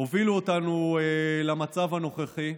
הובילו אותנו למצב הנוכחי.